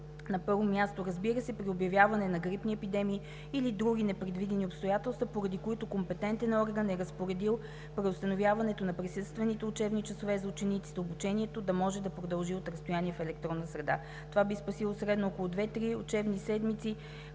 На първо място, разбира се, при обявяване на грипни епидемии или други непредвидени обстоятелства, поради които компетентен орган е разпоредил преустановяването на присъствените учебни часове за учениците, обучението може да продължи от разстояние в електронна среда. Това би спасило средно около две – три учебни седмици,